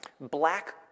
black